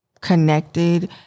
connected